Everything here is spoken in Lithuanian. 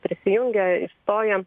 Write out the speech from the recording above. prisijungia išstoja